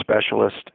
specialist